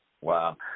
Wow